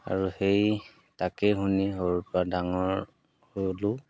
আৰু সেই তাকেই শুনি সৰুৰপৰা ডাঙৰ হ'লোঁ